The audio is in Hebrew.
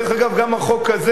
זה נכון.